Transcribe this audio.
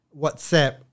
WhatsApp